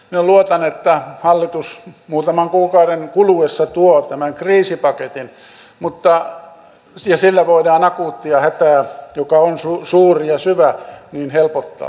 minä luotan että hallitus muutaman kuukauden kuluessa tuo tämän kriisipaketin ja sillä voidaan akuuttia hätää joka on suuri ja syvä helpottaa